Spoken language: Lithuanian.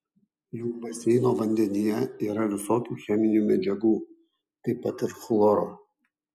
juk baseino vandenyje yra visokių cheminių medžiagų taip pat ir chloro